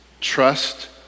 Trust